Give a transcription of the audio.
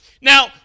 Now